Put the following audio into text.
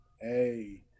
Hey